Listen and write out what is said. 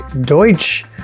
Deutsch